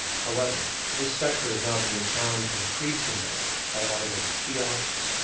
however, this sector is now being challenged increasingly by automated kiosks,